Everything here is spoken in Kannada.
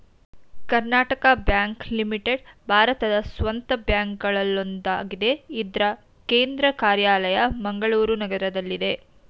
ಕರ್ನಾಟಕ ಬ್ಯಾಂಕ್ ಲಿಮಿಟೆಡ್ ಭಾರತದ ಸ್ವಂತ ಬ್ಯಾಂಕ್ಗಳಲ್ಲೊಂದಾಗಿದೆ ಇದ್ರ ಕೇಂದ್ರ ಕಾರ್ಯಾಲಯ ಮಂಗಳೂರು ನಗರದಲ್ಲಿದೆ